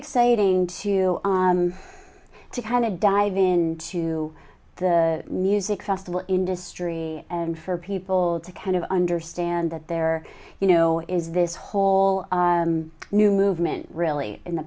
exciting to to kind of dive in to the music festival industry and for people to kind of understand that they're you know is this whole new movement really in the